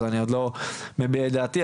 אז אני עוד לא מביע את דעתי,